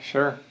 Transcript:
Sure